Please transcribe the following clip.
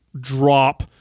drop